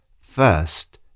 first